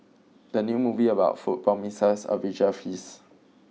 the new movie about food promises a visual feast